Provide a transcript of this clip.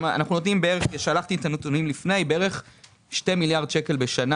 בערך שני מיליארד שקל בשנה.